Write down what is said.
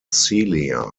celia